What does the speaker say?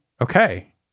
Okay